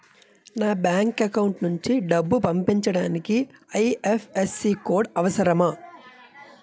నా bank account నుంచి డబ్బు పంపించడానికి ఐ.ఎఫ్.ఎస్.సి కోడ్ అవసరమా?